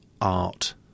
art